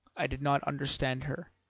i did not understand her.